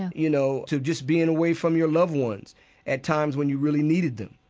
you know, to just being away from your loved ones at times when you really needed them,